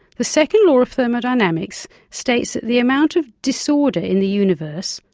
the second law of thermodynamics states that the amount of disorder in the universe,